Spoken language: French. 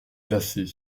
glacé